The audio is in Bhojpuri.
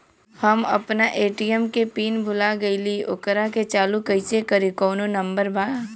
हम अपना ए.टी.एम के पिन भूला गईली ओकरा के चालू कइसे करी कौनो नंबर बा?